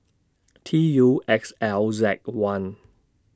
T U X L Z one